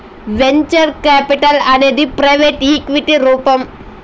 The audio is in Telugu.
వెంచర్ కాపిటల్ అనేది ప్రైవెట్ ఈక్విటికి రూపం